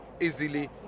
easily